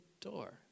door